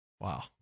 Wow